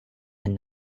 and